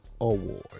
award